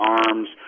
arms